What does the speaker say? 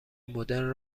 مدرن